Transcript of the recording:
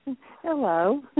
Hello